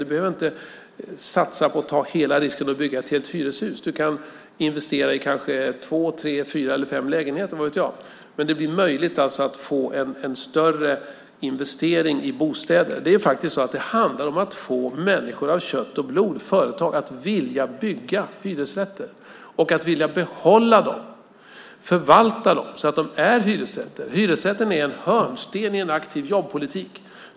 Man behöver inte satsa på att ta hela risken och bygga ett helt hyreshus, utan man kan investera i två, tre, fyra eller kanske fem lägenheter - vad vet jag. Men det blir alltså möjligt att få större investeringar i bostäder. Det är faktiskt så att det handlar om att få människor av kött och blod och företag att vilja bygga hyresrätter och att vilja behålla dem och förvalta dem så att de är hyresrätter. Hyresrätten är en hörnsten i en aktiv jobbpolitik.